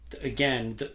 again